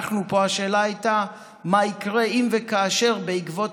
פה השאלה הייתה מה יקרה אם וכאשר בעקבות